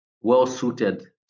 well-suited